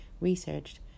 researched